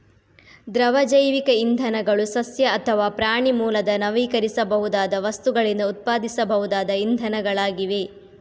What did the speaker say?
ದ್ರವ ಜೈವಿಕ ಇಂಧನಗಳು ಸಸ್ಯ ಅಥವಾ ಪ್ರಾಣಿ ಮೂಲದ ನವೀಕರಿಸಬಹುದಾದ ವಸ್ತುಗಳಿಂದ ಉತ್ಪಾದಿಸಬಹುದಾದ ಇಂಧನಗಳಾಗಿವೆ